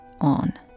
on